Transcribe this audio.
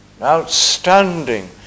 outstanding